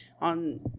on